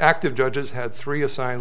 active judges had three assign